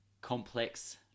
complex